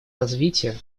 развитие